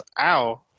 ow